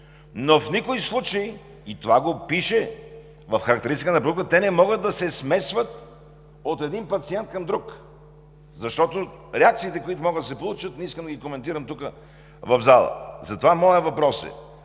но в никой случай, и това го пише в характеристиката на молекулата, те не могат да се смесват от един пациент към друг. Реакциите, които могат да се получат, не искам да ги коментирам тук, в залата. Моят въпрос е: